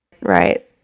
Right